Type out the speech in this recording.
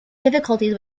difficulties